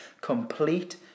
complete